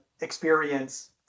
experience